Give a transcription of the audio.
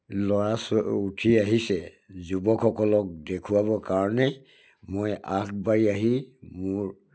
ল'ৰা আহিছে যুৱকসকলক দেখুৱাবৰ কাৰণেই মই আগবাঢ়ি আহি মোৰ